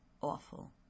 awful